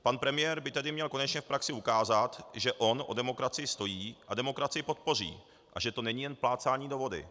Pan premiér by tedy měl konečně v praxi ukázat, že on o demokracii stojí a demokracii podpoří a že to není jen plácání do vody.